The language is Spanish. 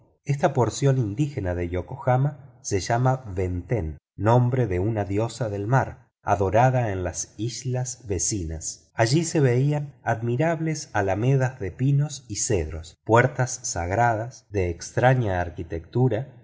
esta porción indígena de yokohama se llama benten nombre de una diosa del mar adorada en las islas vecinas allí se veían admirables alamedas de pinos y cedros puertas sagradas de extraña arquitectura